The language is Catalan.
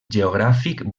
geogràfic